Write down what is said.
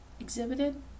exhibited